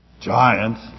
giants